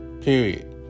Period